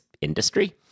industry